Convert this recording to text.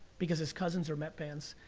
because his cousins are met fans.